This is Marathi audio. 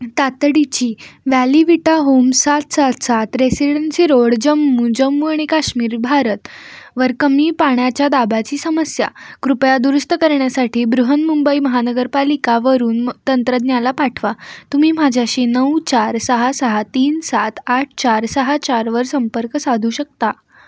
तातडीची वॅलीविटा होम सात सात सात रेसिडेन्सी रोड जम्मू जम्मू आणि काश्मीर भारतवर कमी पाण्याच्या दाब्याची समस्या कृपया दुरुस्त करण्यासाठी बृहन्मुंबई महानगरपालिकावरून म तंत्रज्ञाला पाठवा तुम्ही माझ्याशी नऊ चार सहा सहा तीन सात आठ चार सहा चारवर संपर्क साधू शकता